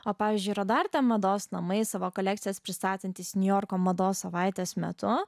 o pavyzdžiui rodarta mados namai savo kolekcijas pristatantys niujorko mados savaitės metu